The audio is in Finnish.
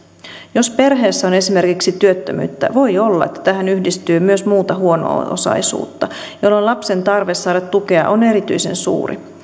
jos perheessä on esimerkiksi työttömyyttä voi olla että tähän yhdistyy myös muuta huono osaisuutta jolloin lapsen tarve saada tukea on erityisen suuri